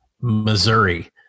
Missouri